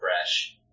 fresh